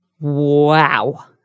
wow